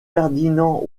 ferdinand